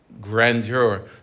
grandeur